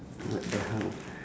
what the hell